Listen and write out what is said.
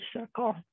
circle